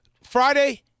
Friday